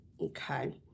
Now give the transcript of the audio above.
Okay